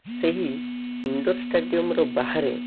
ସେହି ଇଣ୍ଡୋର ଷ୍ଟାଡ଼ିୟମର ବାହାରେ